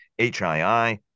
HII